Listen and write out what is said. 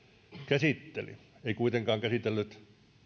käsitteli ei kuitenkaan käsitellyt